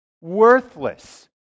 Worthless